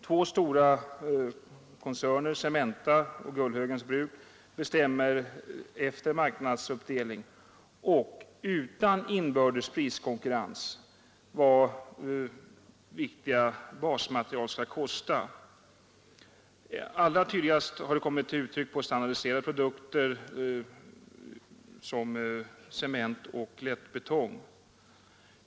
Två stora koncerner, Cementa och Gullhögens bruk, bestämmer efter marknadsuppdelning och utan inbördes priskonkurrens vad viktiga basmaterial skall kosta. Allra tydligast har det kommit till uttryck beträffande standardiserade produkter som cement och lättbetong.